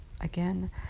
Again